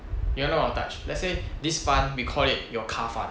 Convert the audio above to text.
you're not gonna touch let's say this fund we call it your car fund